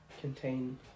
contain